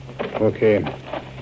Okay